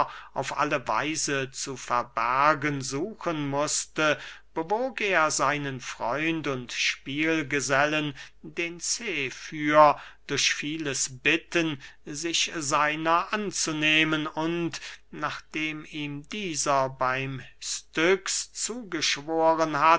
auf alle weise zu verbergen suchen mußte bewog er seinen freund und spielgesellen den zefyr durch vieles bitten sich seiner anzunehmen und nachdem ihm dieser beym styx zugeschworen